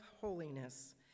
holiness